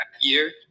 year